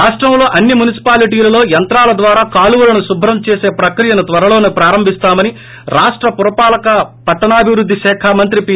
రాష్టంలో అన్ని మునిసిపాలిటిలలో యంత్రాల ద్వారా కాలువను శుభ్రం చేసి ప్రక్రియను త్సరలోనే ప్రారంభిస్తామని రాష్ట పురపాలక పట్టణాభివృద్ది శాఖ మంత్రి పి